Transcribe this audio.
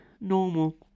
normal